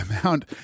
amount